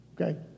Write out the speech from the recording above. Okay